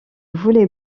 volley